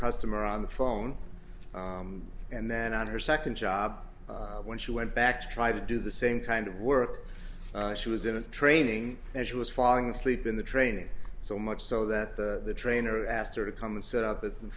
customer on the phone and then on her second job when she went back to try to do the same kind of work she was in training and she was falling asleep in the training so much so that the trainer asked her to come and sit up